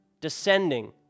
descending